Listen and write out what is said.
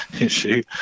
issue